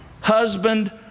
husband